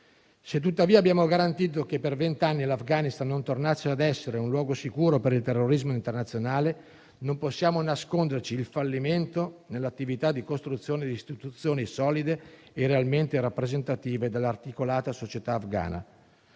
Se, tuttavia, abbiamo garantito che per vent'anni l'Afghanistan non tornasse a essere un luogo sicuro per il terrorismo internazionale, non possiamo nasconderci il fallimento nell'attività di costruzione di istituzioni solide e realmente rappresentative dell'articolata società afghana.